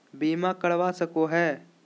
बीमा के करवा सको है?